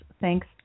thanks